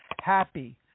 happy